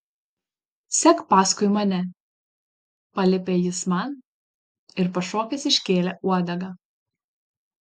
sek paskui mane paliepė jis man ir pašokęs iškėlė uodegą